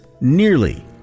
nearly